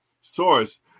source